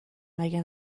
مگه